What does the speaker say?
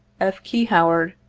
f. key howard,